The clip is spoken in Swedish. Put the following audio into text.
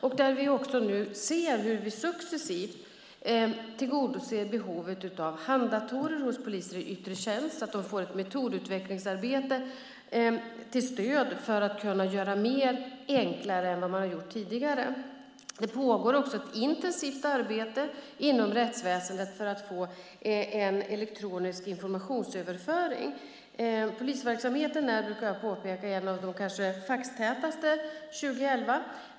Där ser vi också nu hur vi successivt tillgodoser behovet av handdatorer hos poliser i yttre tjänst så att de får ett metodutvecklingsarbete till stöd för att kunna göra mer på ett enklare sätt än vad de har gjort tidigare. Det pågår ett intensivt arbete inom rättsväsendet för att få en elektronisk informationsöverföring. Jag brukar påpeka att polisverksamheten är en av de kanske faxtätaste verksamheterna år 2011.